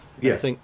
Yes